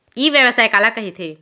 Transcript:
ई व्यवसाय काला कहिथे?